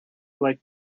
like